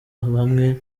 hamwe